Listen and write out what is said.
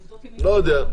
עובדות עם --- אני לא יודע,